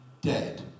dead